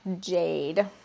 Jade